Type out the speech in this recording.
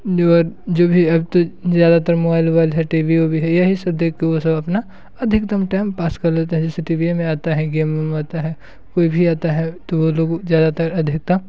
ने बाद जो भी ज़्यादातर मोबाइल वोबाइल है टी वी उवी है यही सब देख कर वो सब अपना अधिकत्तम टाइम पास कर लेते हैं जैसे टी वी या में आता है गेम वेम आता है कोई भी आता है तो वो लोग ज़्यादातर अधिकत्तम